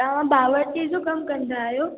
तव्हां बावर्चीअ जो कम कंदा आहियो